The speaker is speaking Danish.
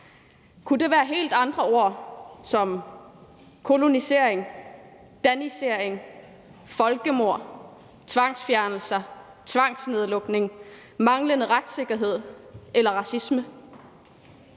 Kunne det være helt andre ord som kolonisering, danisering, folkemord, tvangsfjernelser, tvangsnedlukning, manglende retssikkerhed eller racisme?